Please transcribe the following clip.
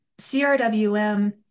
CRWM